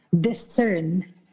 discern